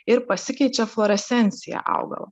ir pasikeičia fluorescencija augalo